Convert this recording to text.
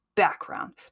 background